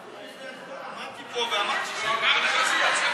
עמדתי פה ואמרתי שאני רוצה,